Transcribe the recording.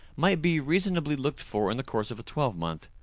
might be reasonably looked for in the course of a twelvemonth.